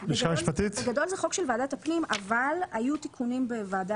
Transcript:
בגדול זה חוק של ועדת הפנים אבל היו תיקונים בוועדה